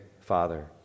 Father